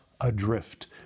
adrift